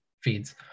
feeds